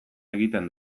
egiten